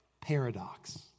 paradox